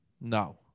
No